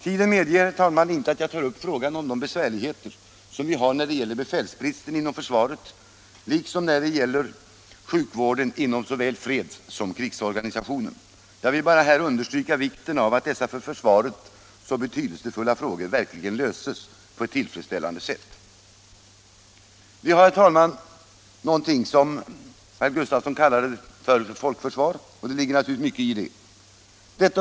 Tiden medger inte, herr talman, att jag tar upp frågan om den besvärliga befälsbristen inom försvaret, inte heller freds och krigsorganisationens svårigheter när det gäller sjukvården. Jag vill här bara understryka vikten av att dessa för försvaret så betydelsefulla frågor verkligen löses på ett tillfredsställande sätt. Vi har, herr talman, i vårt land något som herr Gustavsson kallar för folkförsvar. Det ligger naturligtvis mycket i detta uttryck.